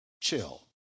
chill